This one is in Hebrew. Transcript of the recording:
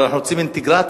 אבל אנחנו רוצים אינטגרציה,